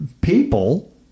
people